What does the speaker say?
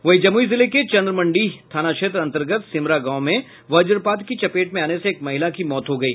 वहीं जमुई जिले के चंद्रमंडीह थाना क्षेत्र अंतर्गत सिमरा गांव में वज़पात की चपेट में आने से एक महिला की मौत हो गयी